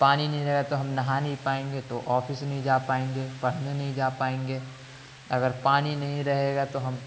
پانی نہیں رہے گا تو ہم نہا نہیں پائیں گے تو آفس نہیں جا پائیں گے پڑھنے نہیں جا پائیں گے اگر پانی نہیں رہے گا تو ہم